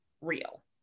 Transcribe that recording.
real